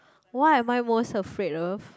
what am I most afraid of